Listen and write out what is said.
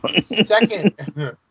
Second